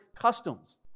customs